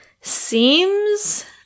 seems